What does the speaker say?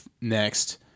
next